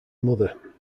mother